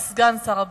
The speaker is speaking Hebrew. סגן שר הבריאות,